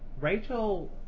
Rachel